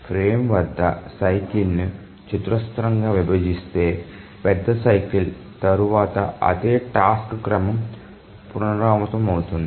frame పెద్ద cycle ని చతురస్రంగా విభజిస్తే పెద్ద సైకిల్ తరువాత అదే టాస్క్ క్రమం పునరావృతమవుతుంది